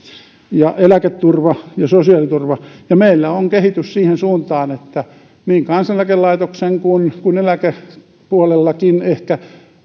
eläketurvaa ja sosiaaliturvaa ja meillä on kehitys siihen suuntaan niin kansaneläkelaitoksessa kuin eläkepuolellakin ehkä